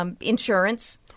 Insurance